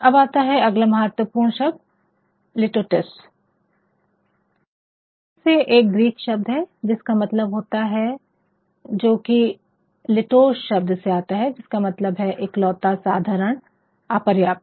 अब आता है अगला बहुत महत्वपूर्ण शब्द लिटोटेस ये फिर से एक ग्रीक शब्द है जिसका मतलब होता है जो कि लिटोस शब्द से आता है जिसका मतलब है इकलौता साधारण अपर्याप्त